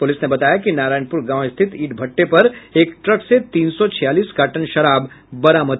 police ने बताया कि नारायणपुर गांव स्थित ईंट भट्टे पर एक ट्रक से तीन सौ छियालीस कार्टन शराब बरामद की गयी है